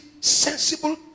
Sensible